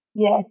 Yes